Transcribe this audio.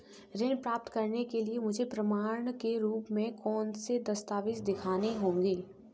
ऋण प्राप्त करने के लिए मुझे प्रमाण के रूप में कौन से दस्तावेज़ दिखाने होंगे?